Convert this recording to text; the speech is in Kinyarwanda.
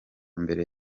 mbere